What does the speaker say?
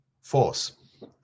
force